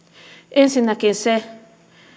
ensinnäkään se